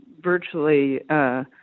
virtually